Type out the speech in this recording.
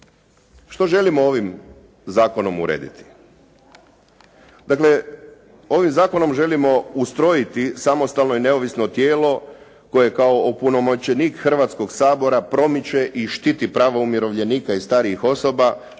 Što želimo ovim zakonom urediti? Dakle, ovim zakonom želim ustrojiti samostalno i neovisno tijelo koje kao opunomoćenih Hrvatskog sabora promiče i štiti prava umirovljenika i starijih osoba,